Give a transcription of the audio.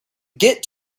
get